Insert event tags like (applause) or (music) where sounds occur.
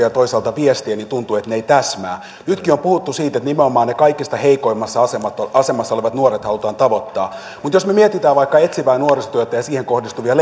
(unintelligible) ja toisaalta viestiä niin tuntuu että ne eivät täsmää nytkin on puhuttu siitä että nimenomaan ne kaikista heikoimmassa asemassa olevat nuoret halutaan tavoittaa mutta jos me mietimme vaikka etsivää nuorisotyötä ja siihen kohdistuvia (unintelligible)